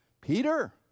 Peter